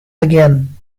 again